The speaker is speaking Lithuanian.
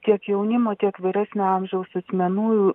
tiek jaunimo tiek vyresnio amžiaus asmenų